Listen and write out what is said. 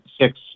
six